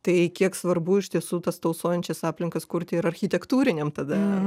tai kiek svarbu iš tiesų tas tausojančias aplinkas kurti ir architektūrinėm tada